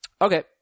Okay